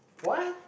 what